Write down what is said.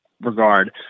regard